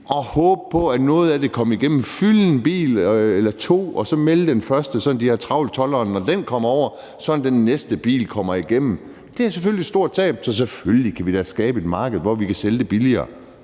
og håbe på, at noget af den kommer igennem, fylde en bil eller to og så melde den første, sådan at tolderne har travlt, når den kommer over, og sådan at den næste bil kommer igennem. Det er selvfølgelig et stort tab. Så selvfølgelig kan vi da skabe et marked, hvor vi kan sælge det billigere.